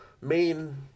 main